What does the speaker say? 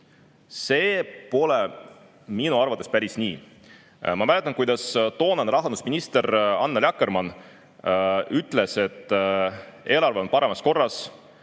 See pole minu arvates päris nii. Ma mäletan, kuidas toonane rahandusminister Annely Akkermann ütles, et eelarve on parimas korras